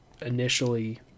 initially